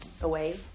away